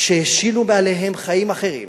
שהשילו מעליהם חיים אחרים